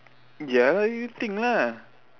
ya lah you think lah